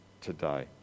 today